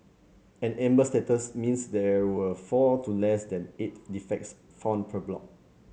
an amber status means there were four to less than eight defects found per block